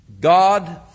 God